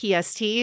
PST